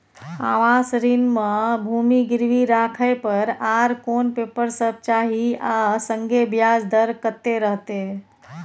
आवास ऋण म भूमि गिरवी राखै पर आर कोन पेपर सब चाही आ संगे ब्याज दर कत्ते रहते?